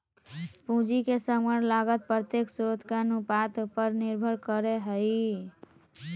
पूंजी के समग्र लागत प्रत्येक स्रोत के अनुपात पर निर्भर करय हइ